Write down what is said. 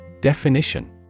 Definition